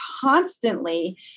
constantly